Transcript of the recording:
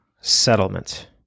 settlement